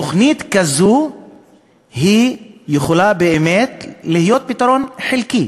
תוכנית כזו יכולה באמת להיות פתרון חלקי